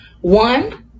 one